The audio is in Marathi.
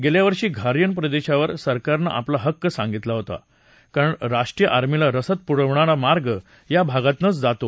गेल्या वर्षी घार्यन प्रदेशावर सरकारनं आपला हक्क सांगितला होता कारण राष्ट्रीय आर्मीला रसद पुरवणारा मार्ग या भागातनंच जातो